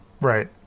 right